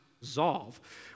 resolve